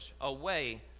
away